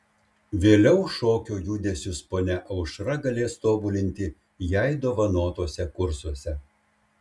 vėliau šokio judesius ponia aušra galės tobulinti jai dovanotuose kursuose